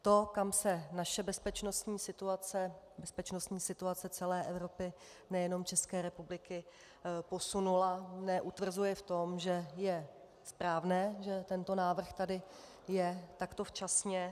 To, kam se naše bezpečnostní situace, bezpečnostní situace celé Evropy, nejenom České republiky, posunula, mne utvrzuje v tom, že je správné, že tento návrh tady je takto včasně.